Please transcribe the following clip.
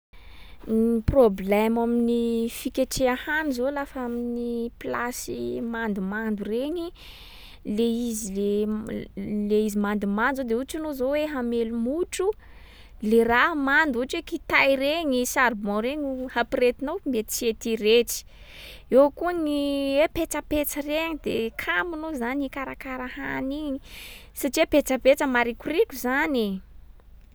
Ny problemo amin’ny fiketreha hany zao lafa amin’ny plasy mandomando regny, le izy le m- l- le izy mandomando zao de ohatry anao zao hoe hamelo motro, le raha mando ohatry hoe kitay regny, charbon regny no hampirehetinao, mety tsy hety hirehitsy. Eo koa ny he petsapetsa regny de kamo anao zany hikarakara hany igny. Sartia petsapetsa marikoriko zany e.